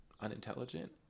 unintelligent